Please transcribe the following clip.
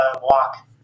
walk